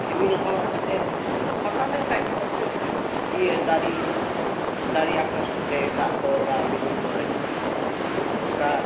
ᱨᱤᱢᱤᱞ ᱦᱚᱸ ᱮᱱᱛᱮᱫ ᱯᱷᱟᱠᱟ ᱞᱮᱱᱠᱷᱟᱡ ᱪᱤᱠᱟᱹᱛᱮ ᱤᱭᱟᱹ ᱫᱟᱨᱮ ᱫᱟᱨᱮ ᱟᱠᱚᱨᱥᱚᱱᱼᱛᱮ ᱫᱟᱜ ᱫᱚ ᱵᱟᱝ ᱨᱤᱢᱤᱞ ᱫᱚ ᱦᱤᱡᱩᱜᱼᱟ ᱠᱤᱱᱛᱩ ᱫᱚᱨᱠᱟᱨ